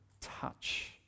touch